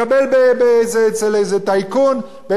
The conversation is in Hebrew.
אצל איזה טייקון באיזה מפעל תעשייה,